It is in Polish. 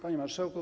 Panie Marszałku!